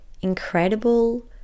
incredible